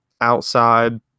outside